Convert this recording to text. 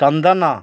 ଚନ୍ଦନ